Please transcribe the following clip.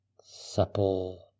supple